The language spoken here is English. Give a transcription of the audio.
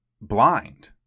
blind